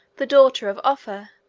the daughter of offa,